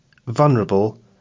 vulnerable